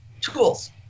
tools